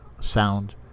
sound